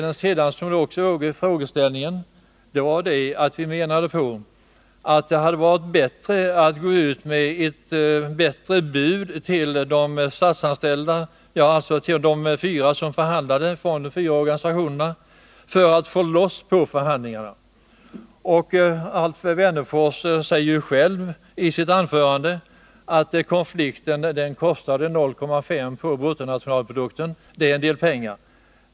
I frågeställningen låg också att vi menade att det hade varit riktigare att gå ut med ett bättre bud till de statsanställda, till de fyra förhandlande organisationerna, för att få loss förhandlingarna. Alf Wennerfors sade själv i sitt anförande att konflikten kostade 0,5 26 på bruttonationalprodukten. Detta är en del pengar.